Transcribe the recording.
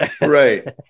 Right